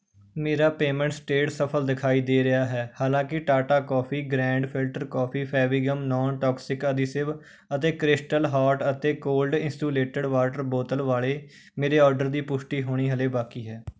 ਮੇਰਾ payment state ਸਫਲ ਦਿਖਾਈ ਦੇ ਰਿਹਾ ਹੈ ਹਾਲਾਂਕਿ Tata coffee grand filter coffee Fevigum non toxic adhesive ਅਤੇ ਕ੍ਰਿਸਟਲ ਹਾਟ ਅਤੇ ਕੋਲਡ ਇੰਸੂਲੇਟਿਡ ਵਾਟਰ ਬੋਤਲ ਵਾਲੇ ਮੇਰੇ ਆਰਡਰ ਦੀ ਪੁਸ਼ਟੀ ਹੋਣੀ ਹਾਲੇ ਬਾਕੀ ਹੈ